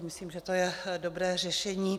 Myslím, že to je dobré řešení.